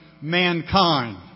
mankind